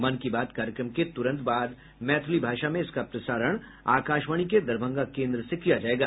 मन की बात कार्यक्रम के तुरंत बाद मैथिली भाषा में इसका प्रसारण आकाशवाणी के दरभंगा केन्द्र से किया जायेगा